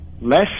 Less